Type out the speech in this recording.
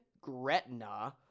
Gretna